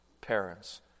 parents